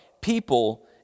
people